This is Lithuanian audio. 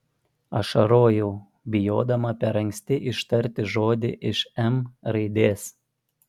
ašarojau bijodama per anksti ištarti žodį iš m raidės